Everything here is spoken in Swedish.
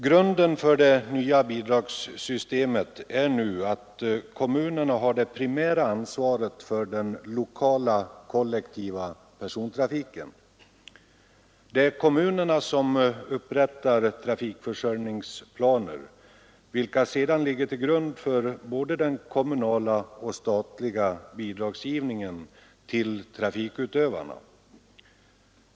Grunden för det nya bidragssystemet är att kommunerna har det primära ansvaret för den lokala kollektiva persontrafiken. Det är kommunerna som upprättar trafikförsörjningsplaner, vilka sedan ligger till grund för både den kommunala och den statliga bidragsgivningen till trafikutövarna.